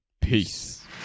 peace